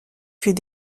fut